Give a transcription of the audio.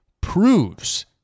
proves